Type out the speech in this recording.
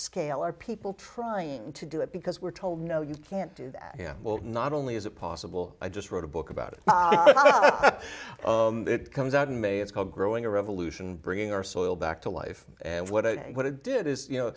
scale are people trying to do it because we're told no you can't do that not only is it possible i just wrote a book about it it comes out in may it's called growing a revolution bringing our soil back to life and what it what it did is you know